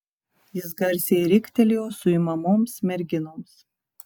jis garsiai riktelėjo suimamoms merginoms